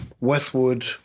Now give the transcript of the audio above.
Westwood